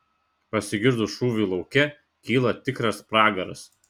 pasigirdus šūviui lauke kyla tikras pragaras